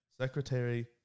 Secretary